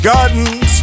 Gardens